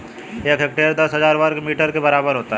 एक हेक्टेयर दस हजार वर्ग मीटर के बराबर होता है